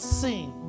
seen